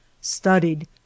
studied